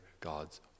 God's